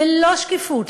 ללא שקיפות,